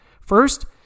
First